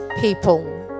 people